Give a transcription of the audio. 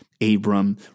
Abram